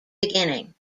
beginning